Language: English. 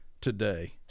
today